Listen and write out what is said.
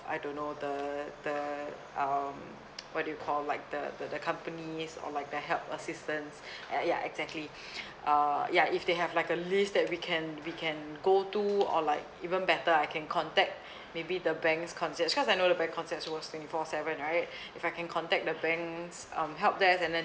I don't know the the um what do you call like the the the companies or like the help assistance ah ya exactly uh ya if they have like a list that we can we can go to or like even better I can contact maybe the banks' concierge cause I know the bank concierge was twenty four seven right if I can contact the banks um help there and then